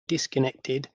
disconnected